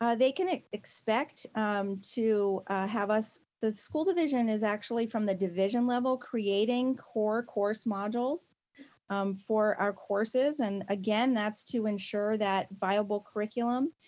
um they can expect to have us, the school division is actually from the division level, creating core course modules for our courses, and again, that's to ensure that viable curriculum.